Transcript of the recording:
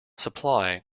supply